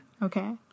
Okay